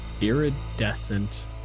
Iridescent